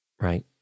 right